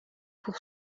pour